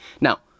Now